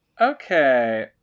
Okay